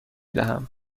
دهم